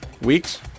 weeks